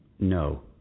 No